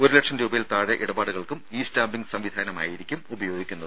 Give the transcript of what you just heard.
ഒരു ലക്ഷം രൂപയിൽ താഴെ ഇടപാടുകൾക്കും ഇ സ്റ്റാമ്പിങ് സംവിധാനമായിരിക്കും ഉപയോഗിക്കുന്നത്